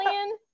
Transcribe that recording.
alien